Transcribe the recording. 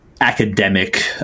academic